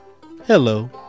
hello